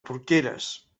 porqueres